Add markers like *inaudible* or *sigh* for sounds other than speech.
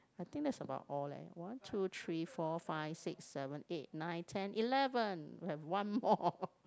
I think that's about all leh one two three four five six seven eight nine ten eleven we have one more *laughs*